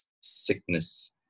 sickness